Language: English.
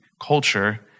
culture